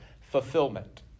fulfillment